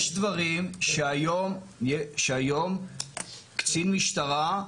יש דברים שהיום קצין משטרה,